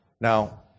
Now